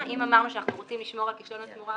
חבר הכנסת מיקי לוי,